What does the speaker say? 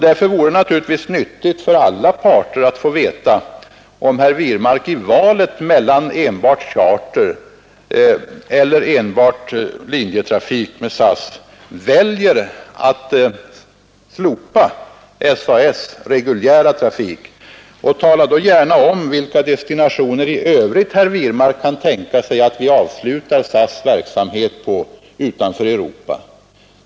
Därför vore det nyttigt för alla parter att få veta, om herr Wirmark i valet mellan enbart charter eller enbart linjetrafik med SAS väljer att slopa SAS:s reguljära trafik. Tala då också gärna om på vilka andra rutter utanför Europa herr Wirmark kan tänka sig avsluta SAS:s reguljära verksamhet.